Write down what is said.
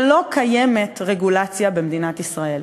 שלא קיימת רגולציה במדינת ישראל.